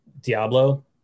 Diablo